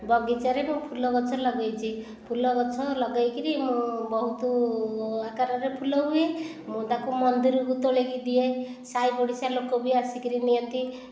ବଗିଚାରେ ମୁଁ ଫୁଲ ଗଛ ଲଗେଇଛି ଫୁଲ ଗଛ ଲଗେଇକରି ମୁଁ ବହୁତ ଆକାରରେ ଫୁଲ ହୁଏ ମୁଁ ତାହାକୁ ମନ୍ଦିରକୁ ତୋଳିକି ଦିଏ ସାହି ପଡ଼ିଶା ଲୋକ ବି ଆସିକରି ନିଅନ୍ତି